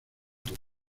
tel